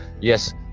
yes